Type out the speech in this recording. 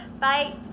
Bye